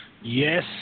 Yes